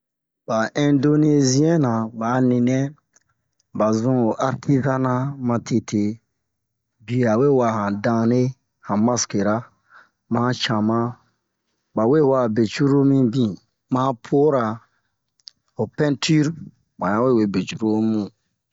Ba indoneziɛn na ba a ninɛ ba zun ho artizana ma tete biye a we wa'a han dane han maskera ma han cama bawe wa'a be cururu mi bin ma han pora ho pɛntir ba yan we we be cururu mu